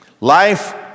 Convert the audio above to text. Life